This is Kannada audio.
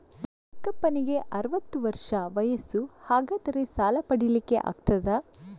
ನನ್ನ ಚಿಕ್ಕಪ್ಪನಿಗೆ ಅರವತ್ತು ವರ್ಷ ವಯಸ್ಸು, ಹಾಗಾದರೆ ಸಾಲ ಪಡೆಲಿಕ್ಕೆ ಆಗ್ತದ?